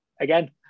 again